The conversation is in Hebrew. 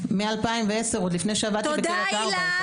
מ-2010 עוד לפני שעבדתי --- תודה הילה.